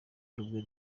rumwe